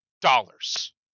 dollars